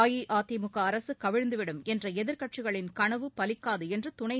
அஇஅதிமுக அரசு கவிழ்ந்துவிடும் என்ற எதிர்க்கட்சிகளின் கனவு பலிக்காது என்று துணை